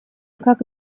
как